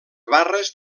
barres